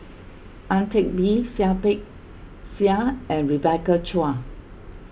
Ang Teck Bee Seah Peck Seah and Rebecca Chua